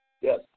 Yes